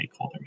stakeholders